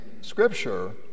scripture